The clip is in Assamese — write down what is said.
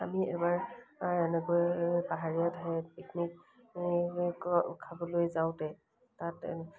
আমি এবাৰ এনেকৈ পাহাৰীয়া ঠাইত পিকনিক খাবলৈ যাওঁতে তাত